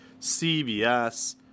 CBS